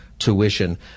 tuition